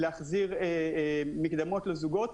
להחזיר מקדמות לזוגות,